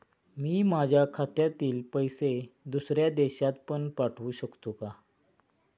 मी माझ्या खात्यातील पैसे दुसऱ्या देशात पण पाठवू शकतो का?